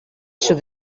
σου